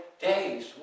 days